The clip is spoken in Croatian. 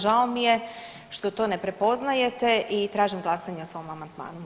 Žao mi je što to ne prepoznajete i tražim glasanje o svom amandmanu.